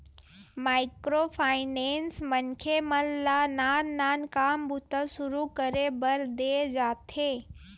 micro finance मनखे मन ल नान नान काम बूता सुरू करे बर देय जाथे